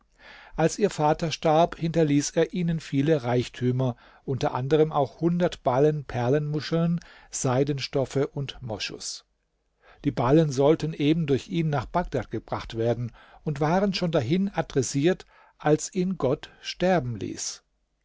als ihr vater starb hinterließ er ihnen viele reichtümer unter anderem auch hundert ballen perlenmuscheln seidenstoffe und moschus die ballen sollten eben durch ihn nach bagdad gebracht werden und waren schon dahin adressiert als ihn gott sterben ließ